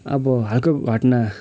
अब हालको घटना